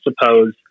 suppose